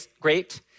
great